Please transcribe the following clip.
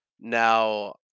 now